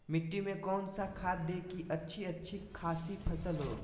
मिट्टी में कौन सा खाद दे की अच्छी अच्छी खासी फसल हो?